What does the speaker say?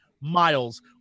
miles